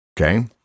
okay